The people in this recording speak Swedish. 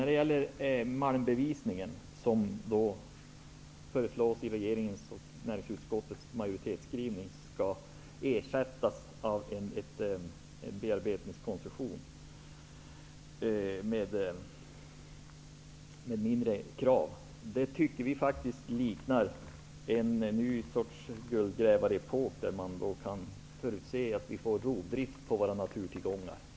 Regeringen och näringsutskottets majoritet föreslår att malmbevisningen skall ersättas av en bearbetningskoncession med lägre krav. Det tycker vi pekar mot en ny sorts guldgrävarepok. Man kan förutsäga att vi får rovdrift på våra naturtillgångar.